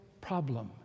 problem